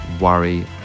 worry